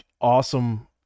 awesome